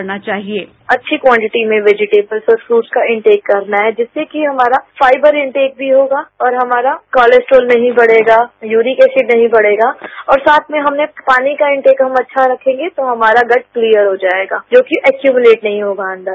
bite doctor Tanu अच्छी quantity में vegetables और फ्रूट्स का इनटेक करना है जिससे कि हमारा फाइबर इनटेक भी होगा और हमारा कॉलेस्ट्रोल नहीं बढ़ेगा यूरिक एसिड नहीं बढ़ेगा और साथ में हमने पानी का इनटेक हम अच्छा रखेंगे तो हमारा गट क्लीयर हो जाएगा जो कि एक्यूबलेट नहीं होगा अंदर